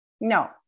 No